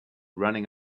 running